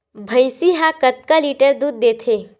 भंइसी हा कतका लीटर दूध देथे?